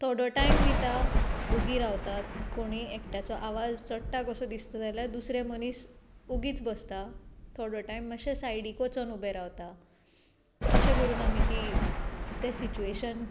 थोडो टायम दितात ओगी रावतात आनी एकठ्याचो आवाज चडटा कसो दिसता जाल्यार दुसरें मनीस ओगीच बसता थोडो टायम मात्शें सायडीक वचून उबें रावता अशें करून आमी ती तें सिच्युएशन